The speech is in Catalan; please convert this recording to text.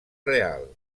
real